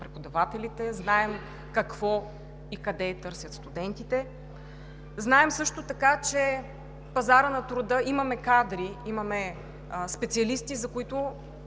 преподавателите, знаем какво и къде търсят студентите, знаем също така, че имаме кадри, имаме специалисти, за които